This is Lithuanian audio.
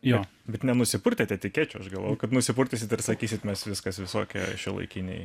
jo bet nenusipurtėt etikečių aš galvoju kad nusipurtysit ir sakysit mes viskas visokie šiuolaikiniai